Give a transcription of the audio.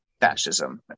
fascism